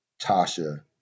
Tasha